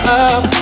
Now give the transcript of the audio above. up